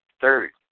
third